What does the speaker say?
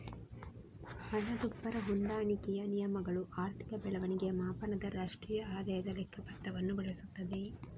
ಹಣದುಬ್ಬರ ಹೊಂದಾಣಿಕೆಯ ನಿಯಮಗಳು ಆರ್ಥಿಕ ಬೆಳವಣಿಗೆಯ ಮಾಪನದ ರಾಷ್ಟ್ರೀಯ ಆದಾಯದ ಲೆಕ್ಕ ಪತ್ರವನ್ನು ಬಳಸುತ್ತದೆ